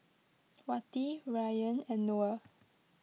Wati Ryan and Noah